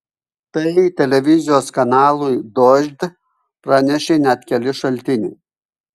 tai televizijos kanalui dožd pranešė net keli šaltiniai